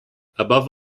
above